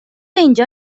اینجا